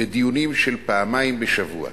בדיונים של פעמיים בשבוע.